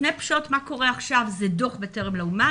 snapshot מה קורה עכשיו זה דוח בטרם לאומה.